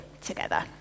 together